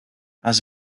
has